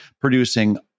producing